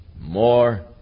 more